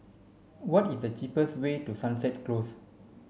what is the cheapest way to Sunset Close